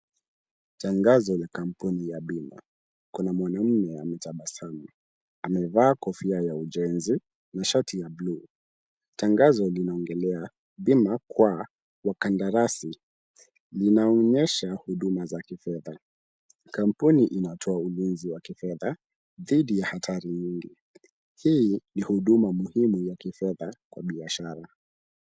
Tangazo la kampuni ya bima. Kuna mwanamume ametabasamu. Amevaa kofia ya ujenzi na shati ya buluu. Tangazo linaongelea bima kwa wakandarasi. Linaonyesha huduma za kifedha. Kampuni inatoa ulinzi wa kifedha dhidi ya hatari nyingi. Hii ni huduma muhimu ya kifedha kwa biashara.